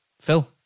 Phil